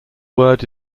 word